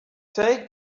take